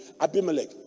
Abimelech